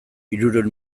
hirurehun